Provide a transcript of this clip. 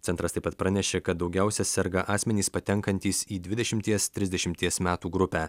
centras taip pat pranešė kad daugiausia serga asmenys patenkantys į dvidešimties trisdešimties metų grupę